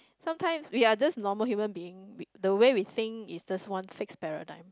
sometimes we are just normal human being the way we think is just one fixed paradigm